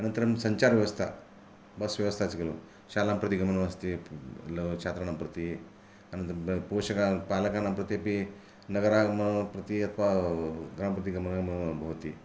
अनन्तरं सञ्चारव्यवस्था बस् व्यवस्था अस्ति खलु शालां प्रति गमनम् अस्ति लगु छात्राणां प्रति अनन्तरं बृहत् पोषकाणां पालकानां प्रत्यपि नगरागमनं प्रति गृहं प्रति गमनं भवति